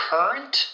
Current